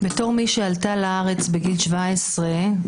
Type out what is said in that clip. בתור מי שעלתה לארץ בגיל 17 לבד,